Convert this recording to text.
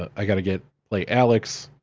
i gotta get, play alyx,